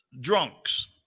drunks